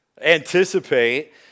anticipate